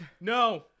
No